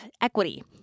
equity